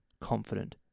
confident